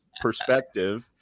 perspective